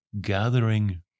gathering